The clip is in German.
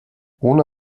ohne